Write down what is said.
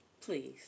Please